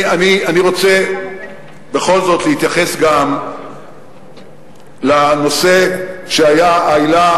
אני רוצה בכל זאת להתייחס גם לנושא שהיה העילה